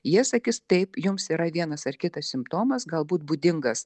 jie sakys taip jums yra vienas ar kitas simptomas galbūt būdingas